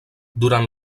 durant